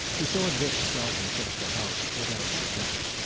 he saw dick stop in front of the house, get out and enter.